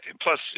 Plus